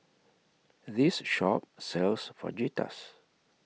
This Shop sells Fajitas